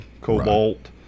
cobalt